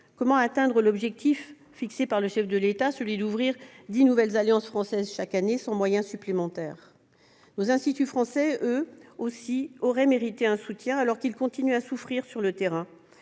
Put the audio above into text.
Comment atteindre l'objectif fixé par le chef de l'État, celui d'ouvrir dix nouvelles alliances françaises chaque année, sans moyens supplémentaires ? Nos instituts français auraient eux aussi mérité un soutien, alors qu'ils continuent de souffrir sur le terrain.